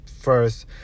first